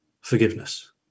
forgiveness